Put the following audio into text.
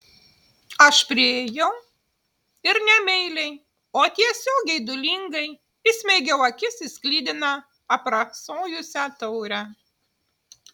aš priėjau ir ne meiliai o tiesiog geidulingai įsmeigiau akis į sklidiną aprasojusią taurę